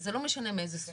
וזה לא משנה מאיזו סוג,